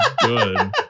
good